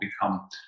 become